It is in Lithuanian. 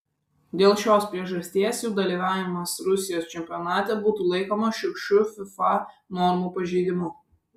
dėl šios priežasties jų dalyvavimas rusijos čempionate būtų laikomas šiurkščiu fifa normų pažeidimu